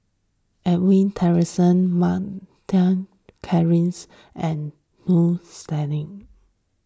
Edwin Tessensohn Mak Lai Peng Christine and Jules Itier